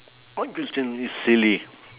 my question is silly